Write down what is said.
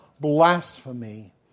blasphemy